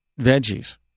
veggies